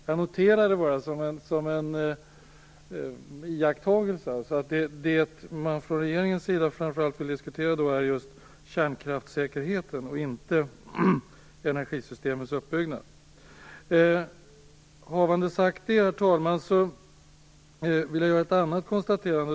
Jag noterar det som en iakttagelse att det man från regeringens sida framför allt vill diskutera är just kärnkraftssäkerheten, inte energisystemens uppbyggnad. Har jag nu sagt det, herr talman, vill jag göra ett annat konstaterande.